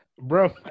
Bro